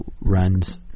runs